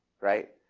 right